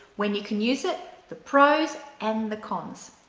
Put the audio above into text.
when you can use it, the pros and the cons.